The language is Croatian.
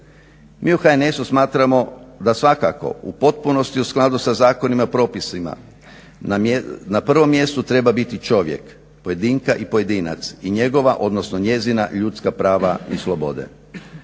Mi u HNS-u smatramo da svakako u potpunosti u skladu sa zakonima, propisima na prvom mjestu treba biti čovjek, pojedinka i pojedinac i njegova, odnosno njezina ljudska prava i slobode.